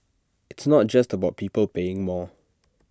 it's not just about people paying more